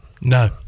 no